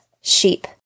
sheep